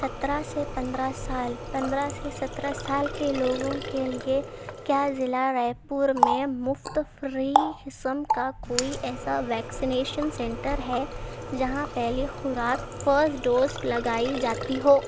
سترہ سے پندرہ سال پندرہ سے سترہ سال کے لوگوں کے لیے کیا ضلع رائے پور میں مفت فری قسم کا کوئی ایسا ویکسینیشن سینٹر ہے جہاں پہلی خوراک فسٹ ڈوز لگائی جاتی ہو